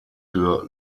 sur